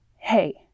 Hey